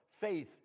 faith